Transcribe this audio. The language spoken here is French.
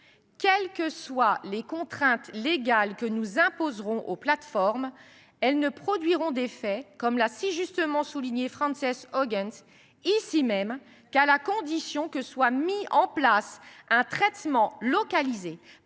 Quelles que soient les contraintes légales que nous imposerons aux plateformes, elles ne produiront d’effets, comme l’a si justement souligné Frances Haugen ici même, qu’à la condition que soit mis en place un traitement localisé,